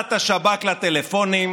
הכנסת השב"כ לטלפונים,